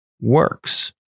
works